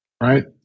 right